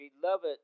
Beloved